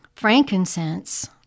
Frankincense